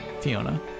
Fiona